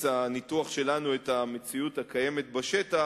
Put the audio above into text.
הניתוח שלנו את המציאות הקיימת בשטח,